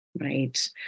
right